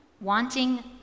wanting